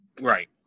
Right